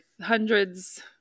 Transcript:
hundreds